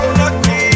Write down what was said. lucky